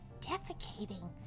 defecating